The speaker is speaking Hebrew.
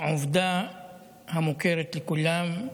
העובדה המוכרת לכולם: